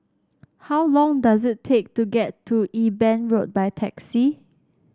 how long does it take to get to Eben Road by taxi